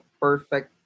perfect